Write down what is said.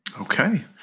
Okay